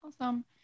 awesome